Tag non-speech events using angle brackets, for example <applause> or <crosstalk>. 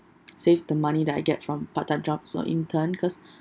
<noise> save the money that I get from part-time jobs or intern cause